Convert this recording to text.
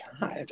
God